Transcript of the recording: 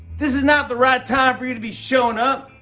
this is not the right time for you to be showing up.